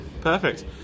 Perfect